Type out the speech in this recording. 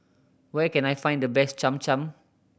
where can I find the best Cham Cham